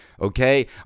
okay